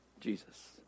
Jesus